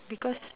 because